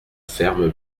ferme